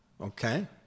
okay